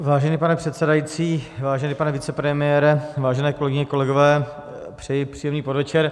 Vážený pane předsedající, vážený pane vicepremiére, vážené kolegyně, kolegové, přeji příjemný podvečer.